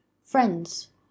Friends